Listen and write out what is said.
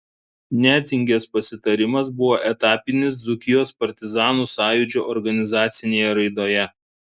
nedzingės pasitarimas buvo etapinis dzūkijos partizanų sąjūdžio organizacinėje raidoje